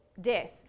death